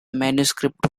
manuscripts